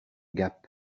gap